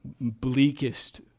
bleakest